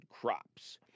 crops